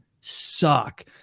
suck